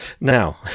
Now